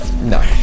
No